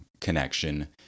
connection